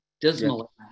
dismal